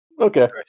Okay